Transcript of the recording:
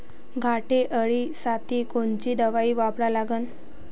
घाटे अळी साठी कोनची दवाई वापरा लागन?